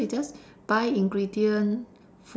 so you just buy ingredient